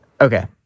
Okay